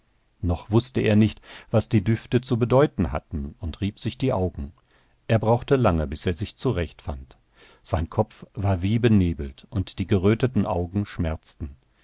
noch wußte er nicht was die düfte zu bedeuten hatten und rieb sich die augen er brauchte lange bis er sich zurechtfand sein kopf war wie benebelt und die geröteten augen schmerzten